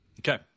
Okay